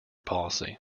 policy